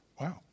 Wow